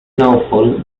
snowfalls